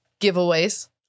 Giveaways